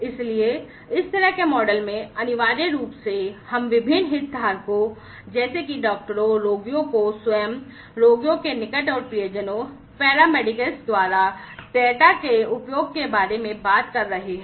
इसलिए इस तरह के मॉडल में अनिवार्य रूप से हम विभिन्न हितधारकों जैसे कि डॉक्टरों रोगियों को स्वयं रोगियों के निकट और प्रियजनों पैरामेडिक्स द्वारा डेटा के उपयोग के बारे में बात कर रहे हैं